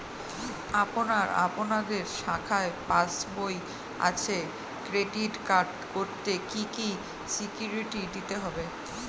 আমার আপনাদের শাখায় পাসবই আছে ক্রেডিট কার্ড করতে কি কি সিকিউরিটি দিতে হবে?